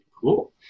Cool